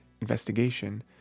investigation